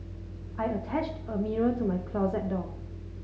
I attached a mirror to my closet door